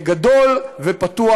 הוא גדול ופתוח